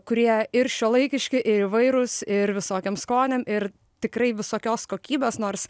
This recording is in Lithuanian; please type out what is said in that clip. kurie ir šiuolaikiški ir įvairūs ir visokiem skoniam ir tikrai visokios kokybės nors